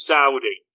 Saudi